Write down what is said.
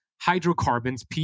hydrocarbons